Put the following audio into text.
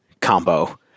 combo